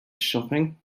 shopping